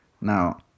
Now